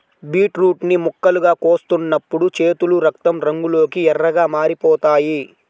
beetroot ని ముక్కలుగా కోస్తున్నప్పుడు చేతులు రక్తం రంగులోకి ఎర్రగా మారిపోతాయి